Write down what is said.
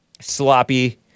Sloppy